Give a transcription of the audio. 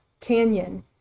canyon